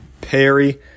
Perry